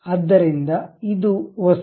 ಆದ್ದರಿಂದ ಇದು ವಸ್ತು